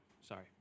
Sorry